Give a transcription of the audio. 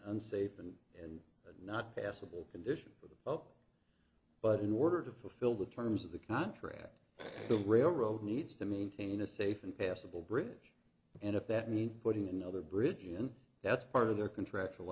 unsafe and and not passable condition of but in order to fulfill the terms of the contract the railroad needs to maintain a safe and passable bridge and if that means putting another bridge in that's part of their contractual